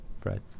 Fred